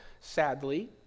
sadly